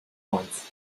once